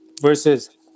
versus